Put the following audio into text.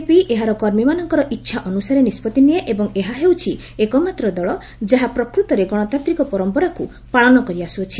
ସେ କହିଛନ୍ତି ବିଜେପି ଏହାର କର୍ମୀମାନଙ୍କର ଇଚ୍ଛା ଅନୁସାରେ ନିଷ୍କ୍ତି ନିଏ ଏବଂ ଏହା ହେଉଛି ଏକମାତ୍ର ଦଳ ଯାହା ପ୍ରକୃତରେ ଗଣତାନ୍ତିକ ପରମ୍ପରାକୁ ପାଳନ କରିଆସୁଅଛି